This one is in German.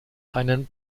einen